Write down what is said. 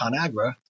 ConAgra